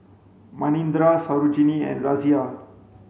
Manindra Sarojini and Razia